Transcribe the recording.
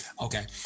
Okay